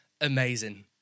amazing